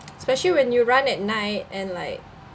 especially when you run at night and like